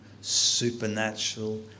supernatural